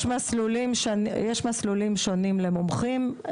יש מסלולים שונים למומחים,